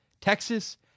Texas